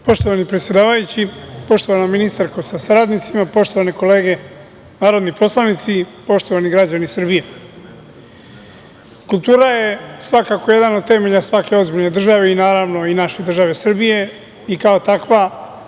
Poštovani predsedavajući, poštovana ministarko sa saradnicima, poštovane kolege narodni poslanici, poštovani građani Srbije, kultura je svakako jedan od temelja svake ozbiljne države i naravno i naše države Srbije i kao takva